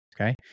Okay